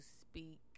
speak